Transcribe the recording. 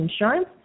insurance